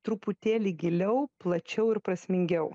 truputėlį giliau plačiau ir prasmingiau